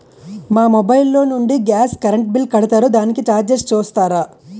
మా మొబైల్ లో నుండి గాస్, కరెన్ బిల్ కడతారు దానికి చార్జెస్ చూస్తారా?